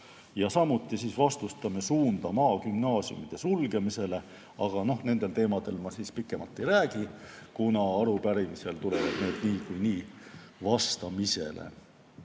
Ja samuti vastustame suunda maagümnaasiumide sulgemisele. Aga noh, nendel teemadel ma pikemalt ei räägi, kuna arupärimisel tulenevad need niikuinii vastamisele.